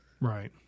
Right